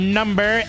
number